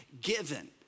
given